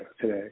today